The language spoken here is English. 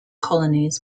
colonies